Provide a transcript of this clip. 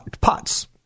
pots